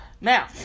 Now